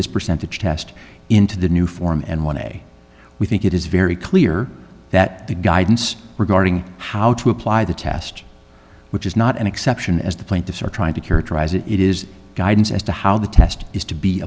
this percentage test into the new form and want to say we think it is very clear that the guidance regarding how to apply the test which is not an exception as the plaintiffs are trying to characterize it it is guidance as to how the test is to be